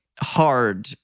hard